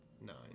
nine